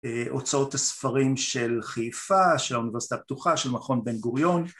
הוצאות הספרים של חיפה, של האוניברסיטה הפתוחה, של מכון בן גוריון